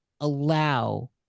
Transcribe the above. allow